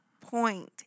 point